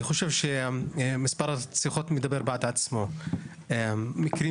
אני חושב שמספר הרציחות מדבר בעד עצמו אלא מקרים